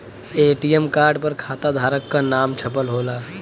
ATM card पर खाताधारक क नाम छपल होला